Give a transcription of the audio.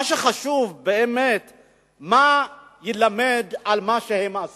מה שחשוב באמת הוא מה יילמד על מה שהם עשו,